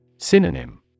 Synonym